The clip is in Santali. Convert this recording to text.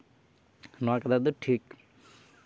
ᱱᱚᱣᱟ ᱠᱚᱨᱮᱜ ᱫᱚ ᱴᱷᱤᱠ